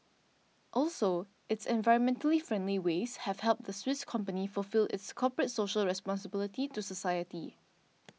also its environmentally friendly ways have helped the Swiss company fulfil its corporate social responsibility to society